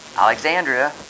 Alexandria